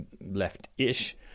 left-ish